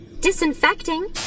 Disinfecting